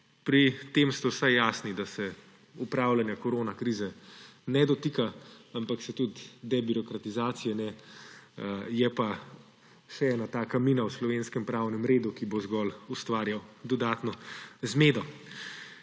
Pri tem ste vsaj jasni, da se upravljanja korona krize ne dotika, ampak se tudi debirokratizacije ne; je pa še ena taka mina v slovenskem pravnem redu, ki bo zgolj ustvarjala dodatno zmedo.